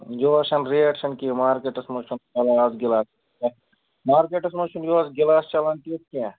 یُہُس چھَنہٕ ریٹ چھَنہٕ کیٚنٛہہ مارکٮ۪ٹس منٛز چھُنہٕ گِلاس کیٚنٛہہ مارکٮ۪ٹس منٛز چھُنہِ یُہُس گِلاس چَلان تٮُ۪تھ کیٚنٛہہ